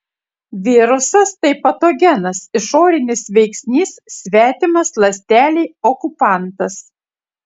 virusas tai patogenas išorinis veiksnys svetimas ląstelei okupantas